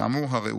כאמור, "הרעות".